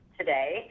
today